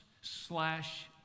slash